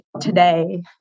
today